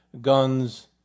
guns